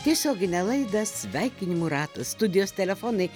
tiesioginę laidą sveikinimų ratas studijos telefonai